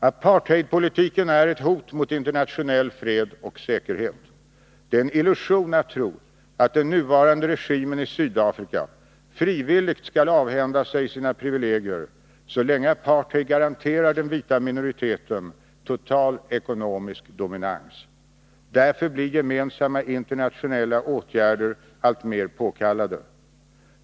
Apartheidpolitiken är ett hot mot internationell fred och säkerhet. Det är en illusion att tro att den nuvarande regimen i Sydafrika frivilligt skall avhända sig sina privilegier så länge apartheid garanterar den vita minoriteten total ekonomisk dominans. Därför blir gemensamma internationella åtgärder alltmer påkallade.